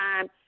time